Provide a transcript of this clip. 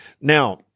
Now